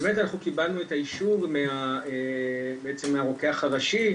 אנחנו קיבלנו את האישור מהרוקח הראשי,